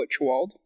Butchwald